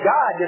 God